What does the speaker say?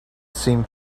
seemed